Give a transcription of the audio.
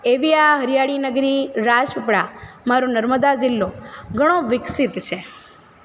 એવી આ હરિયાળી નગરી રાજપીપળા મારો નર્મદા જિલ્લો ઘણો વિકસિત છે